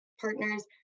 partners